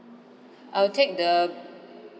I'll take the